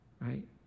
right